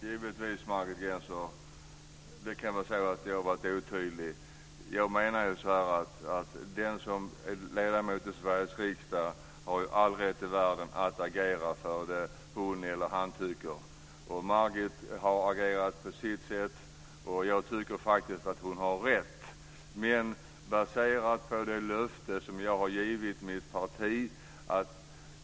Fru talman! Jag kan ha varit otydlig, Margit Gennser. Jag menade att den som är ledamot av Sveriges riksdag har all rätt i världen att agera för det hon eller han tycker är bra. Margit har agerat på sitt sätt. Jag tycker faktiskt att hon har rätt. Men baserat på det löfte som jag har givit partiet gör jag så här.